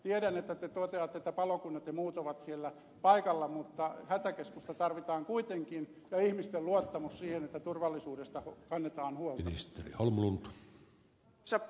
tiedän että te toteatte että palokunnat ja muut ovat siellä paikalla mutta hätäkeskusta tarvitaan kuitenkin ja ihmisten luottamus siihen että turvallisuudesta kannetaan huolta